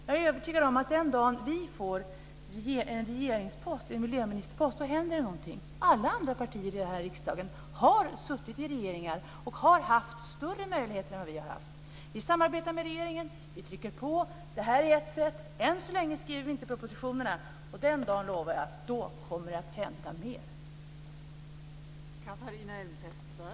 Jag är övertygad om att den dag vi får en regeringspost, en miljöministerpost, så händer det något. Alla andra partier här i riksdagen har suttit i regeringar och har haft större möjligheter än vad vi har haft. Vi samarbetar med regeringen. Vi trycker på. Det här är ett sätt. Än så länge skriver vi inte propositionerna. Den dag vi gör det lovar jag att det kommer att hända mer.